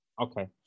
Okay